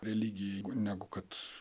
religijai negu kad